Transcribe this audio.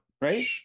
Right